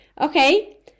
Okay